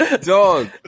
Dog